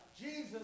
Jesus